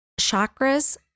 Chakras